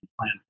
plan